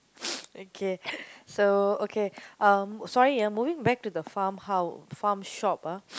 okay so okay um sorry ah moving back to the farm hou~ farm shop ah